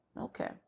Okay